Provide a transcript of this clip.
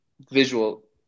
visual